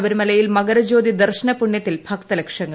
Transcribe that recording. ശബരിമലയിൽ മകരജ്യോതി ദർശന പുണൃത്തിൽ ഭക്തലക്ഷങ്ങൾ